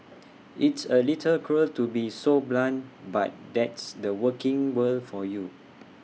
it's A little cruel to be so blunt but that's the working world for you